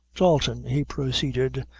dalton, he proceeded,